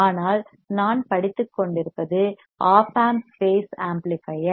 ஆனால் நான் படித்துக்கொண்டிருப்பது ஒப் ஆம்ப் பேஸ் ஆம்ப்ளிபையர்